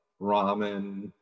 ramen